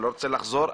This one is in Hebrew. ואני לא רוצה לחזור.